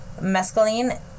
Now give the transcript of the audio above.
mescaline